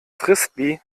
frisbee